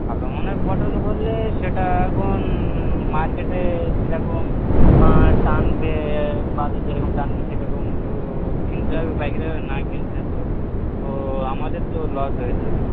ভালো মানের পটল হলে সেটা এখন মার্কেটে যেরকম টানবে বাজার যেরকম টানবে সেরকম তো কিনতে হবে পাইকারিভাবে না কিনলে তো তো আমাদের তো লস হয়ে যাবে